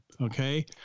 Okay